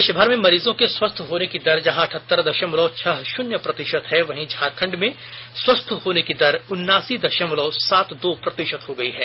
देशभर में मरीजों के स्वस्थ होने का दर जहां अठहत्तर दशमलव छह शून्य प्रतिशत है वहीं झारखंड में स्वस्थ होने का दर उन्नासी दशमलव सात दो प्रतिशत हो गयी है